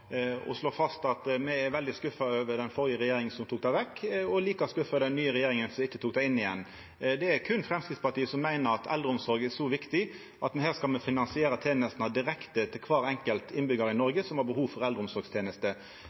slå fast at me er veldig skuffa over den førre regjeringa, som tok det vekk, og like skuffa over den nye regjeringa, som ikkje tok det inn igjen. Det er berre Framstegspartiet som meiner at eldreomsorg er så viktig at me her skal finansiera tenestene direkte til kvar enkelt innbyggjar i Noreg som har behov for